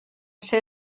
ser